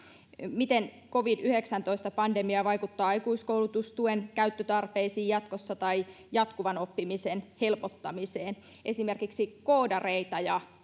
miten covid yhdeksäntoista pandemia vaikuttaa aikuiskoulutustuen käyttötarpeisiin jatkossa tai jatkuvan oppimisen helpottamiseen esimerkiksi koodareita ja